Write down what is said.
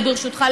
ברשותך,